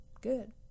good